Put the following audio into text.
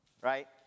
right